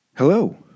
Hello